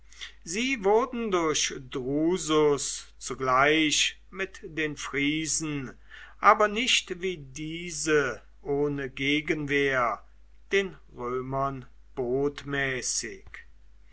sie wurden durch drusus zugleich mit den friesen aber nicht wie diese ohne gegenwehr den römern botmäßig